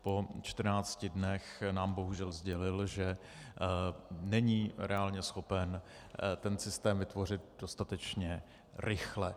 Po čtrnácti dnech nám bohužel sdělil, že není reálně schopen ten systém vytvořit dostatečně rychle.